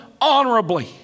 honorably